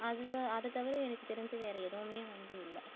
அது தான் அதைத் தவிர எனக்குத் தெரிஞ்சு வேறு எதுவுமே வந்து இல்லை